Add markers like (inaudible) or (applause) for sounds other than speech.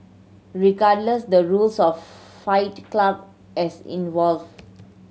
regardless the rules of (noise) Fight Club as evolve